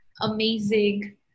amazing